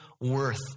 worth